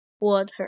water